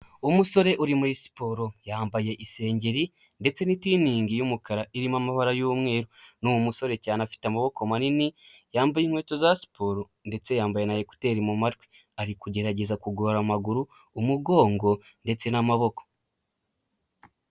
Umusore uri muri siporo yambaye isengeri ndetse n'itiriningi y'umukara irimo amabara y'umweru, ni umusore cyane afite amaboko manini yambaye inkweto za siporo ndetse yambaye na ekuteri mu matwi, ari kugerageza kugorora amaguru, umugongo ndetse n'amaboko.